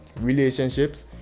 Relationships